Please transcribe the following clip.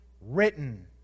written